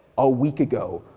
a week ago,